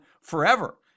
forever